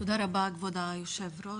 תודה רבה כבוד היושב-ראש,